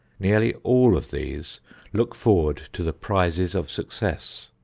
nearly all of these look forward to the prizes of success.